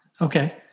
Okay